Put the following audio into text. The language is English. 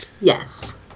yes